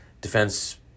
Defense